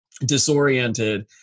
disoriented